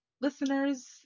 listeners